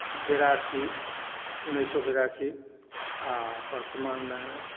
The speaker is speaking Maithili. बिरासी उन्नैस सए बिरासी आओर वर्तमानमे